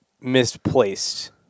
misplaced